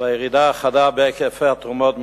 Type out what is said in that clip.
והירידה החדה בהיקף התרומות מחוץ-לארץ,